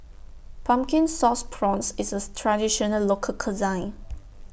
Pumpkin Sauce Prawns IS A Traditional Local Cuisine